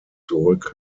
zurück